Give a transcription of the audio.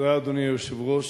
אדוני היושב-ראש,